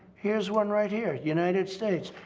here's one right here. united states.